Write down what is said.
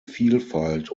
vielfalt